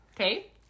Okay